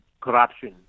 corruption